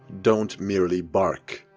don't merely bark.